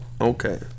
okay